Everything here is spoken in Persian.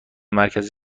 مرکز